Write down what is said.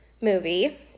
movie